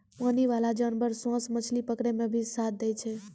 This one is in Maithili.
पानी बाला जानवर सोस मछली पकड़ै मे भी साथ दै छै